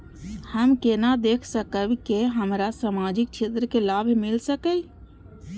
हम केना देख सकब के हमरा सामाजिक क्षेत्र के लाभ मिल सकैये?